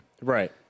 Right